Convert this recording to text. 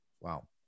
Wow